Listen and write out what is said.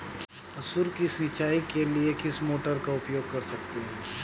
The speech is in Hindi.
मसूर की सिंचाई के लिए किस मोटर का उपयोग कर सकते हैं?